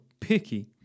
picky